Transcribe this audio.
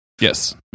Yes